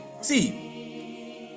See